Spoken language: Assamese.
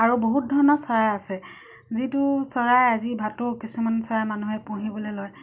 আৰু বহুত ধৰণৰ চৰাই আছে যিটো চৰাই আজি ভাটৌ কিছুমান চৰাই মানুহে পুহিবলে লয়